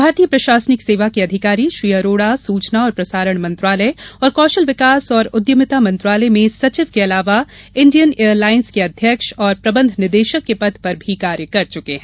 भारतीय प्रशासनिक सेवा के अधिकारी श्री अरोड़ा सूचना और प्रसारण मंत्रालय और कौशल विकास और उद्यमिता मंत्रालय में सचिव के अलावा इंडियन एयरलाइन्स के अध्यक्ष और प्रबंध निदेशक के पद पर भी कार्य कर चुके हैं